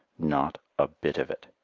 not a bit of it.